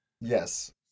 Yes